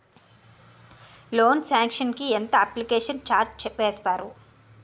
Loan sanction కి ఎంత application charge వేస్తారు?